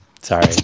Sorry